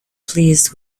pleased